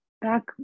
back